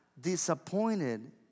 Disappointed